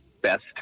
best